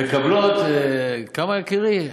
מקבלות, כמה, יקירי?